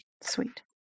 sweet